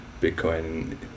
Bitcoin